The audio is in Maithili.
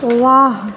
वाह